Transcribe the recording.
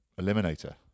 Eliminator